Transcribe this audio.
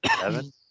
Seven